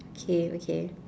okay okay